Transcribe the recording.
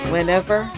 Whenever